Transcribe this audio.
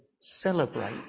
celebrate